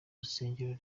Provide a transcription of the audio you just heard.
rusengero